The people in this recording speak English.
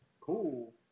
cool